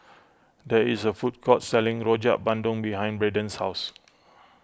there is a food court selling Rojak Bandung behind Braden's house